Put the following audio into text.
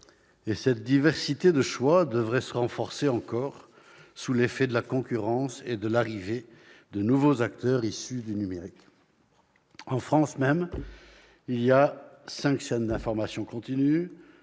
et cette diversité de choix devrait se renforcer encore sous l'effet de la concurrence et de l'arrivée de nouveaux acteurs issus du numérique. En France même, il y a cinq chaînes d'information continue,